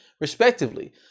respectively